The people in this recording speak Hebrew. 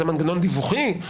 זה מנגנון דיווחי,